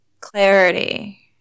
clarity